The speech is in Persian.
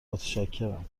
متشکرم